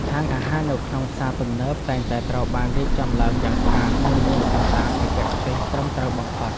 ហាងអាហារនៅក្នុងផ្សារទំនើបតែងតែត្រូវបានរៀបចំឡើងយ៉ាងស្អាត និងមានស្តង់ដារបច្ចេកទេសត្រឹមត្រូវបំផុត។